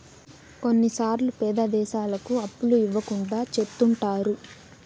కొన్నిసార్లు పేద దేశాలకు అప్పులు ఇవ్వకుండా చెత్తుంటారు